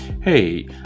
Hey